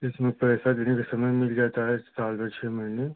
इसमें पैसा देने का समय मिल जाता है साल भर छः महीने